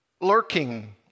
lurking